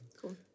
Cool